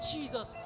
Jesus